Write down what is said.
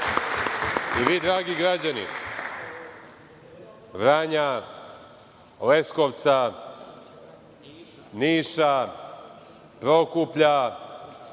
vi dragi građani Vranja, Leskovca, Niša, Prokuplja,